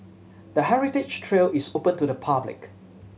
the heritage trail is open to the public